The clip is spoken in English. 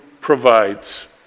provides